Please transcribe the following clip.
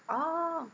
orh